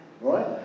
Right